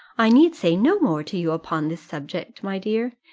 i need say no more to you upon this subject, my dear.